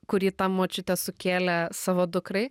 kurį ta močiutė sukėlė savo dukrai